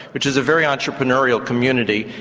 which is a very entrepreneurial community,